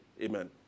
Amen